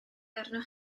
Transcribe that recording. arnoch